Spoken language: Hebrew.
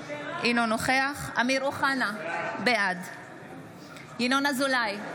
אינו נוכח אמיר אוחנה, בעד ינון אזולאי,